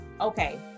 okay